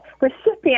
recipient